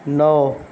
نو